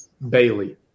Bailey